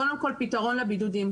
קודם כל, פתרון לבידודים.